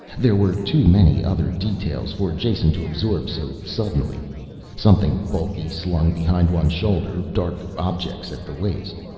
there were too many other details for jason to absorb so suddenly something bulky slung behind one shoulder, dark objects at the waist,